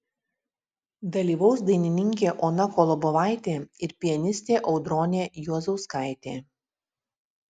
dalyvaus dainininkė ona kolobovaitė ir pianistė audronė juozauskaitė